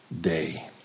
day